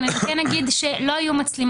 אבל אני כן אגיד שלא היו מצלמות,